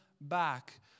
back